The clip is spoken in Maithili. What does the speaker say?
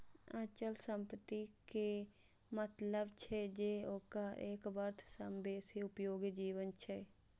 अचल संपत्ति के मतलब छै जे ओकर एक वर्ष सं बेसी उपयोगी जीवन छै